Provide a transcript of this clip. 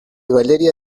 valeria